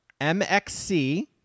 MXC